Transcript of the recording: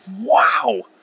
wow